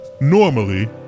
Normally